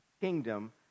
kingdom